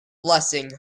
blessing